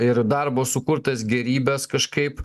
ir darbo sukurtas gėrybes kažkaip